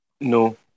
no